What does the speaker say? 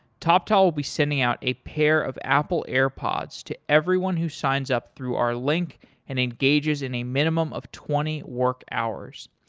toptal will be sending out a pair of apple airpods to everyone who signs up through our link and engages in a minimum of twenty work hours.